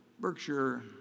Berkshire